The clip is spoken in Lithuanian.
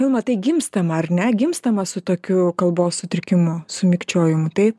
vilma tai gimstama ar ne gimstama su tokiu kalbos sutrikimu su mikčiojimu taip